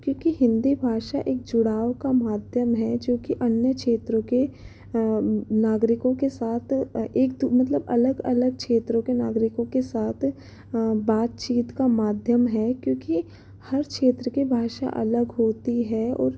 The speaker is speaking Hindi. क्योंकि हिंदी भाषा एक जुड़ाव का माध्यम है जो की अन्य क्षेत्रों के नागरिकों के साथ एक तु मतलब अलग अलग क्षेत्रों के नागरिकों के साथ बातचीत का माध्यम है क्योंकि हर क्षेत्र के भाषा अलग होती है और